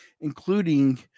including